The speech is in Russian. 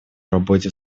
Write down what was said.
работе